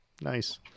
nice